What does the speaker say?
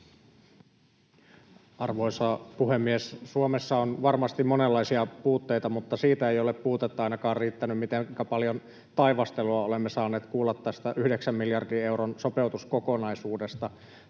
Arvoisa puhemies! Suomessa on varmasti monenlaisia puutteita, mutta siitä ei ole puutetta ainakaan riittänyt, mitenkä paljon taivastelua olemme saaneet kuulla tästä yhdeksän miljardin euron sopeutuskokonaisuudesta.